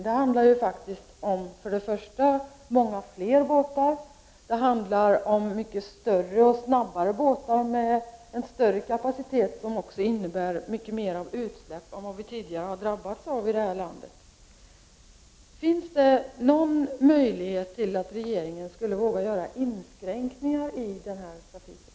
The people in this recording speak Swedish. Det handlar ju först och främst om många fler båtar. Det handlar också om mycket större och snabbare båtar med större kapacitet, vilket också innebär mycket mera utsläpp än vad vi tidigare har drabbats av i det här landet. Finns det någon möjlighet att regeringen skulle våga göra inskränkningar i den här trafiken?